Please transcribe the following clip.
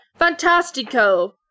Fantastico